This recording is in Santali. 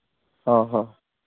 ᱦᱚᱸ ᱦᱚᱸ